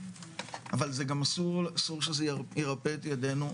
אבל זה גם אסור שזה ירפה את ידינו,